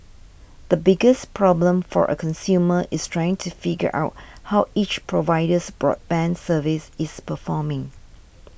the biggest problem for a consumer is trying to figure out how each provider's broadband service is performing